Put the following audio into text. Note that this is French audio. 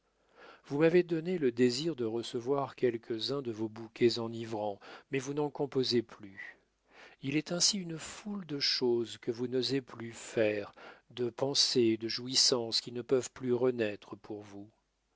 vous m'avez donné le désir de recevoir quelques-uns de vos bouquets enivrants mais vous n'en composez plus il est ainsi une foule de choses que vous n'osez plus faire de pensées et de jouissances qui ne peuvent plus renaître pour vous